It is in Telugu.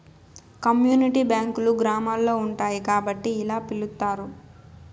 కమ్యూనిటీ బ్యాంకులు గ్రామాల్లో ఉంటాయి కాబట్టి ఇలా పిలుత్తారు